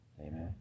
Amen